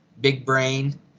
big-brain